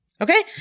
Okay